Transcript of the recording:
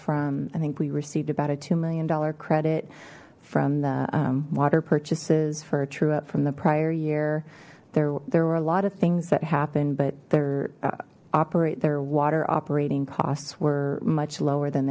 from i think we received about a two million dollar credit from the water purchases for a true up from the a year there there were a lot of things that happen but they're operate their water operating costs were much lower than